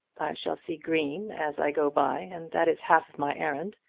shall see green as i go by, and that is half of my errand.